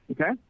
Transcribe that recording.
okay